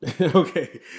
Okay